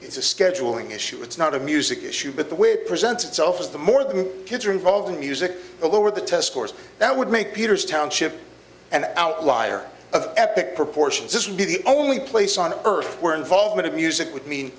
it's a scheduling issue it's not a music issue but the way presents itself is the more the kids are involved in music the lower the test scores that would make peters township an outlier of epic proportions this would be the only place on earth where involvement of music would mean